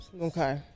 Okay